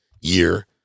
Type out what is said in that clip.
year